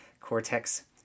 cortex